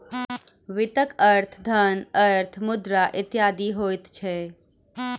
वित्तक अर्थ धन, अर्थ, मुद्रा इत्यादि होइत छै